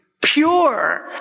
pure